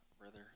Brother